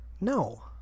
No